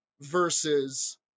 versus